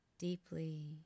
deeply